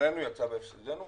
שכרנו יצא בהפסדנו.